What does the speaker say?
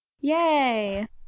Yay